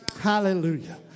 Hallelujah